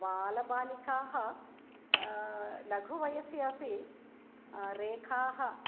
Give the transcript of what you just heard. बालबालिकाः लघुवयसि अपि रेखाः